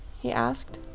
he asked.